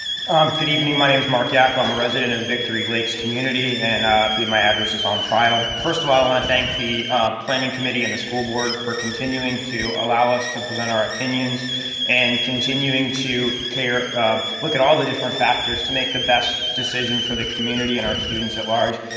good evening, my name is mark yockel. i'm a resident of victory lakes community and i believe my address is on file. first of all, i wanna thank the planning committee and the school board for continuing to allow us to present our opinions and continuing to look at all the different factors to make the best decision for the community and our students at large.